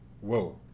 whoa